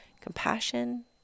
compassion